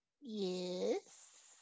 Yes